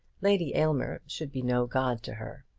lady aylmer should be no god to her.